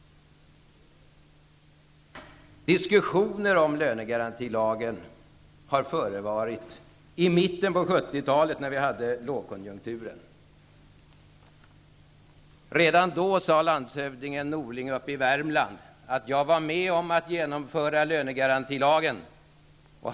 Diskussioner om lönegarantilagen har förevarit, nämligen i mitten av 70-talet då det var lågkonjunktur. Redan då yttrade landshövding Norling i Värmland: Jag var med om att genomföra lönegarantilagen.